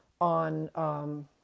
on